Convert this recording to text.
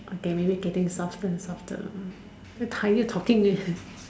okay maybe getting softer and softer very tired talking eh